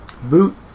boot